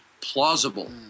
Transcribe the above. plausible